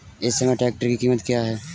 इस समय ट्रैक्टर की कीमत क्या है?